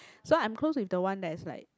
so I'm close with the one that is like